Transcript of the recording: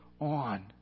on